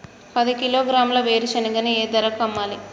పది కిలోగ్రాముల వేరుశనగని ఏ ధరకు అమ్మాలి?